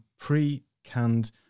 pre-canned